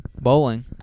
Bowling